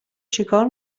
چکار